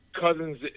cousins